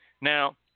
Now